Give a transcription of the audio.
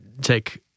take